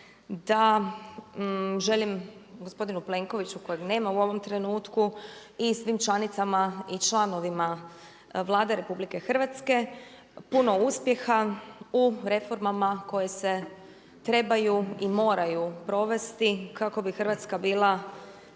da, želim gospodinu Plenkoviću kojeg nema u ovom trenutku i svim članicama i članovima Vlade RH puno uspjeha u reformama koje se trebaju i moraju provesti kako bi Hrvatska bila